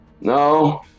No